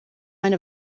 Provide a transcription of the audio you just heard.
eine